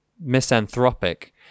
Misanthropic